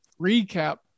recap